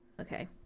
okay